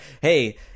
hey